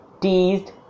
teased